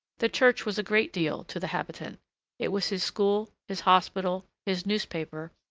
the church was a great deal to the habitant it was his school, his hospital, his newspaper,